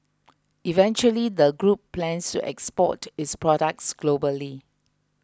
eventually the group plans to export its products globally